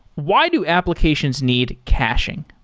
why do applications need caching?